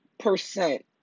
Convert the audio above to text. percent